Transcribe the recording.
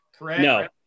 no